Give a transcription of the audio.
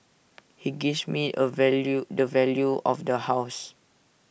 he gives me A value the value of the house